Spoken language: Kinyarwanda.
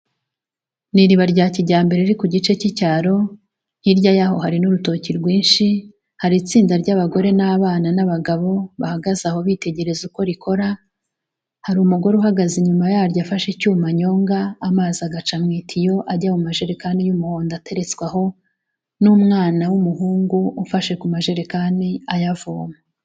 Ni iriba rya kijyambere riri ku gice cy'icyaro, hirya y'aho hari n'urutoki rwinshi hari itsinda ry'abagore n'abana n'abagabo bahagaze aho bitegereza uko rikora, hari umugore uhagaze inyuma yaryo afashe icyuma anyonga amazi agaca mu itiyo ajya mu majerekani y'umuhondo ateretswe aho n'umwana w'umuhungu ufashe ku majerekani ayavoma.